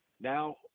Now